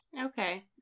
Okay